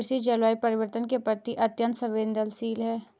कृषि जलवायु परिवर्तन के प्रति अत्यंत संवेदनशील है